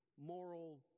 moral